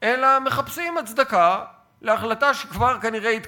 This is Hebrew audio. אלא מחפשים הצדקה להחלטה שכנראה כבר התקבלה,